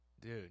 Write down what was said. dude